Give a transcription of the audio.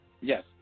Yes